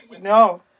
No